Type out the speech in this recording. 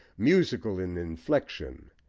musical in inflexion,